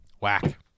Whack